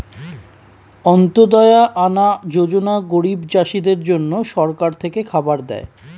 অন্ত্যদায়া আনা যোজনা গরিব চাষীদের জন্য সরকার থেকে খাবার দেয়